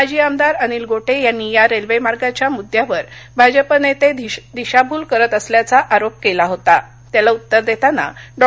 माजी आमदार अनिल गोटे यांनी या रेल्वेमार्गाच्या मुद्दयावर भाजपा नेते दिशाभूल करत असल्याचा आरोप केला होता त्याला उत्तर देताना डॉ